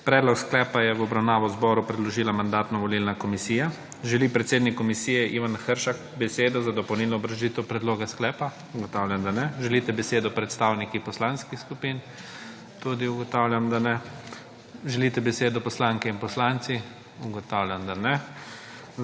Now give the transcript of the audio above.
Predlog sklepa je v obravnavo zboru predložila Mandatno-volilna komisija. Želi predsednik komisije Ivan Hršak besedo za dopolnilno obrazložitev predloga sklepa? Ugotavljam ,da ne. Želite besedo predstavnik poslanskih skupin? Tudi ugotavljam, da ne. Želite besedo poslanke in poslanci? Ugotavljam, da ne.